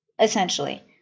essentially